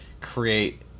create